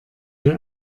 wir